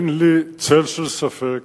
אין לי צל של ספק